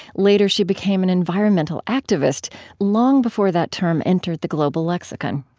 later, she became an environmental activist long before that term entered the global lexicon.